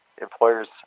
employers